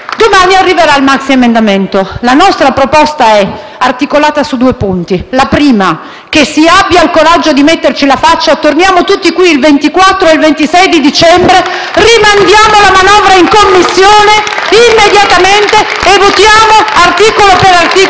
Domani arriverà il maxiemendamento. La nostra proposta è articolata su due punti: il primo punto è che si abbia il coraggio di metterci la faccia e si torni qui tutti il 24 e il 26 dicembre. Rimandiamo la manovra in Commissione immediatamente e votiamo articolo per articolo